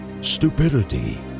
stupidity